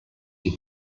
die